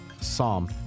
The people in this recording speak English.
Psalm